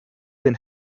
den